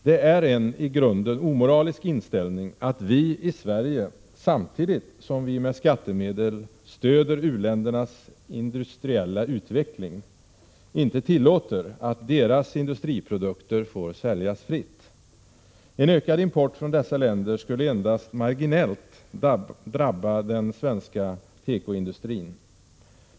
Det är en i grunden omoralisk inställning att vi i Sverige, samtidigt som vi med skattemedel stöder u-ländernas industriella utveckling, inte tillåter att deras industriprodukter säljs fritt. En ökad import från dessa länder skulle endast marginellt drabba den svenska tekoindustrin.